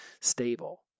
stable